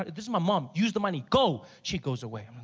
this is my mom. use the money, go! she goes away.